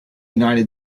united